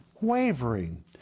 wavering